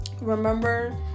remember